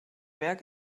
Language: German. werk